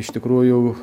iš tikrųjų